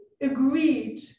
agreed